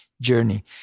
journey